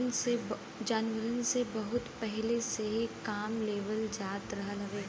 जानवरन से बहुत पहिले से ही काम लेवल जात रहल हउवे